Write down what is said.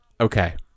Okay